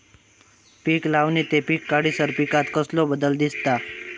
पीक लावणी ते पीक काढीसर पिकांत कसलो बदल दिसता?